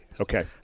Okay